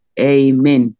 Amen